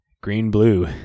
green-blue